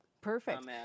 Perfect